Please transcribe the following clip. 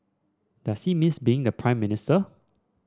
does he miss being the Prime Minister